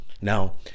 Now